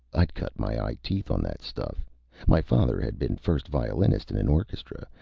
i'd cut my eye teeth on that stuff my father had been first violinist in an orchestra,